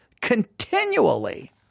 continually